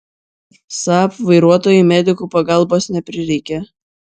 saab vairuotojai medikų pagalbos neprireikė